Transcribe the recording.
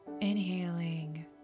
Inhaling